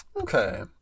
Okay